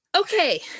Okay